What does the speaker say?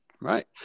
Right